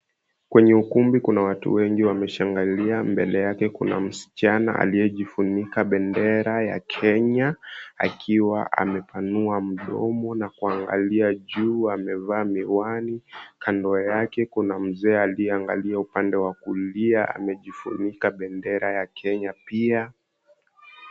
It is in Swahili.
Kwenye ukumbi kuna watu wengi wameshangilia. Mbele yake kuna msichana bendera ya kenya akiwa amepanua mdomo na kuangalia juu, amevaa miwani. Kando yake kuna mzee aliyeangalia upande wa kulia amejifunika bendera ya kenya pia.